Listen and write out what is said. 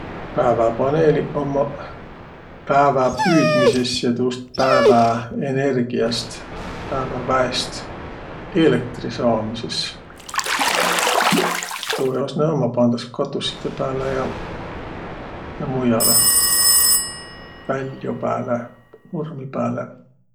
Pääväpaneeliq ummaq päävä püüdmisest ja tuust pääväenergiäst, pääväväest, eelektri saamisõs. Tuu jaos nä ummaq, pandas katussidõ pääle ja, ja muialõ – väljo pääle, nurmi pääle.